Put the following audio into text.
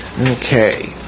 Okay